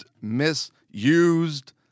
misused